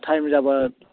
time जाबा